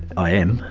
i am.